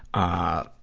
ah,